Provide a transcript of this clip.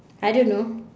I don't know